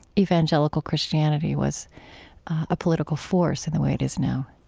evangelical christianity was a political force in the way it is now